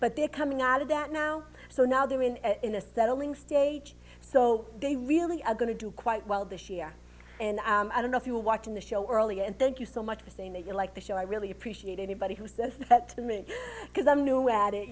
but they're coming out of that now so now doing in a settling stage so they really are going to do quite well this year and i don't know if you were watching the show earlier and thank you so much for saying that you like the show i really appreciate anybody who says that to me because i'm new at it